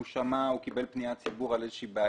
הוא שמע, הוא קיבל פניית ציבור על איזושהי בעיה.